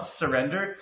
surrender